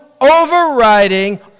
overriding